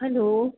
hello